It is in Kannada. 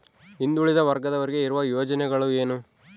ಹಿಂದುಳಿದ ವರ್ಗದವರಿಗೆ ಇರುವ ಯೋಜನೆಗಳು ಏನು?